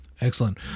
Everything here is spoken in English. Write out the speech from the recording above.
Excellent